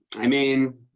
i mean,